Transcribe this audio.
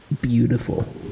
beautiful